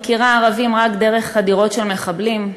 מכירה ערבים רק דרך חדירות של מחבלים.